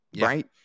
Right